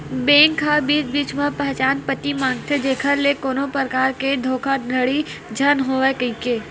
bank ह बीच बीच म पहचान पती मांगथे जेखर ले कोनो परकार के धोखाघड़ी झन होवय कहिके